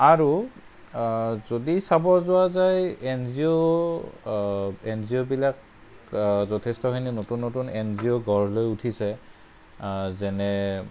আৰু যদি চাব যোৱা যায় N G O N G অ'বিলাক যথেষ্টখিনি নতুন নতুন এন জি অ' গঢ় লৈ উঠিছে যেনে